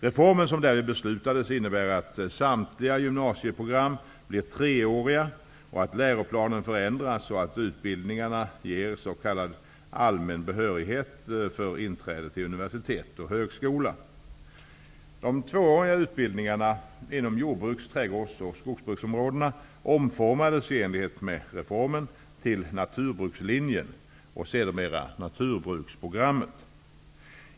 Reformen som därvid beslutades innebär att samtliga gymnasieprogram blir treåriga och att läroplanen förändras så att utbildningarna ger s.k. allmän behörighet för inträde till universitet och högskola. De tvååriga utbildningarna inom jordbruks-, trädgårds och skogsbruksområdena omformades i enlighet med reformen till naturbrukslinjen och sedermera naturbruksprogrammet.